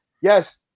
yes